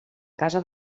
casa